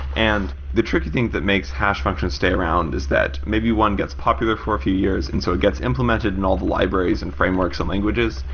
and the tricky thing that makes hash function stay is that maybe one gets popular for a few years, and so it gets implemented in all the libraries and frameworks and languages,